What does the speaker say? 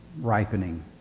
ripening